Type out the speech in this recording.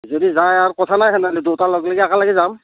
যদি যায় আৰু কথা নাই সেনেহ'লে দুইটা লগলাগি একেলগে যাম